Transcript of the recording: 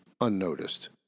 unnoticed